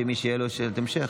ומי שתהיה לו שאלת המשך,